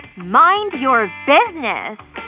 mind your business